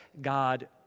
God